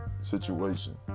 situation